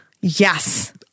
Yes